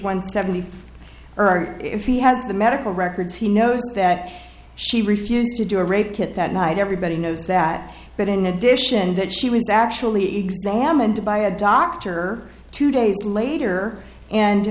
one seventy or if he has the medical records he knows that she refused to do a rape kit that night everybody knows that but in addition that she was actually examined by a doctor two days later and